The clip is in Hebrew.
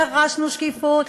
דרשנו שקיפות,